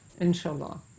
inshallah